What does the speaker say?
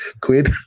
quid